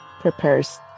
prepares